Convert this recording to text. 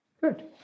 Good